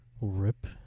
rip